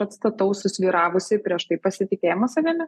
atstatau susvyravusį prieš tai pasitikėjimą savimi